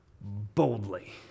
boldly